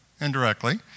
indirectly